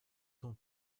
tant